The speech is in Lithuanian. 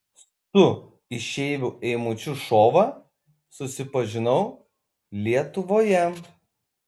su išeiviu eimučiu šova susipažinau lietuvoje